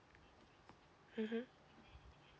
mmhmm